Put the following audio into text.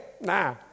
nah